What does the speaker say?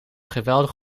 geweldig